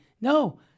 no